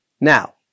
Now